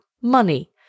Money